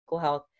health